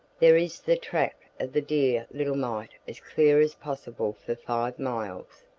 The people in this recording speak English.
there is the track of the dear little mite as clear as possible for five miles,